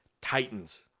Titans